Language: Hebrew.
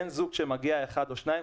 אין זוג שמגיע אחד או שניים,